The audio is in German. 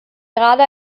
gerade